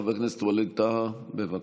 חבר הכנסת ווליד טאהא, בבקשה.